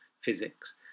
physics